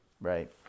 Right